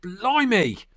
Blimey